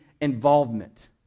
involvement